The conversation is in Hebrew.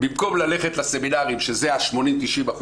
במקום ללכת לסמינרים שזה ה-80%-90%,